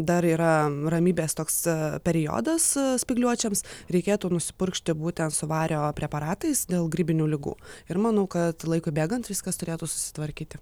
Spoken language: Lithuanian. dar yra ramybės toks periodas spygliuočiams reikėtų nupurkšti būtent su vario preparatais dėl grybinių ligų ir manau kad laikui bėgant viskas turėtų susitvarkyti